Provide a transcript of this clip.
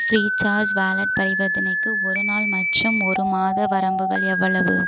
free charge wallet பரிவர்த்தனைக்கு ஒரு நாள் மற்றும் ஒரு மாத வரம்புகள் எவ்வளவு